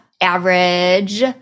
average-